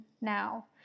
now